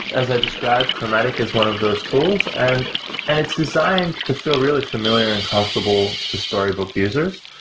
as i described, chromatic is one of those tools. and and it's designed to feel really familiar and comfortable to storybook users.